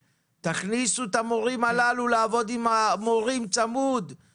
תכניסו את המורים הללו לעבוד צמוד עם המורה בכיתה.